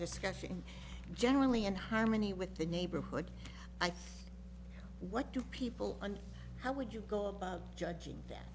discussion generally in harmony with the neighborhood i think what do people and how would you go about judging that